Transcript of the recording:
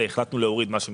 החלטנו להוריד מה שמיותר.